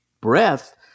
breath